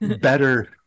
better